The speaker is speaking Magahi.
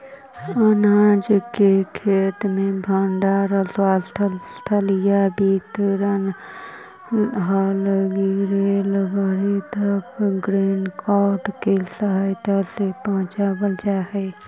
अनाज के खेत से भण्डारणस्थल या वितरण हलगी रेलगाड़ी तक ग्रेन कार्ट के सहायता से पहुँचावल जा हई